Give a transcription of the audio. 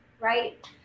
right